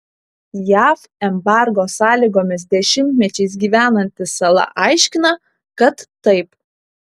jav embargo sąlygomis dešimtmečiais gyvenanti sala aiškina kad taip